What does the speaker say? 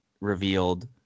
revealed